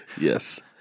Yes